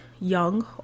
young